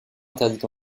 interdites